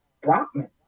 Brockman